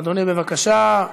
אדוני, בבקשה.